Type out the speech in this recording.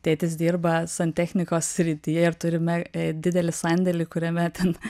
tėtis dirba santechnikos srityje ir turime didelį sandėlį kuriame ten